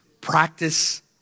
Practice